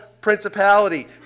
principality